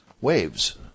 Waves